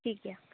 ᱴᱷᱤᱠ ᱜᱮᱭᱟ